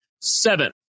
seven